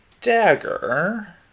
dagger